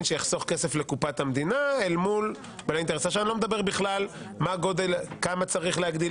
שיחסוך כסף לקופת המדינה אני לא מדבר בכמה צריך להגדיל,